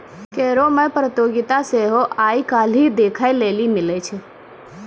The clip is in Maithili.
करो मे प्रतियोगिता सेहो आइ काल्हि देखै लेली मिलै छै